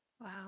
Wow